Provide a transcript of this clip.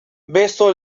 beso